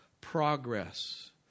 progress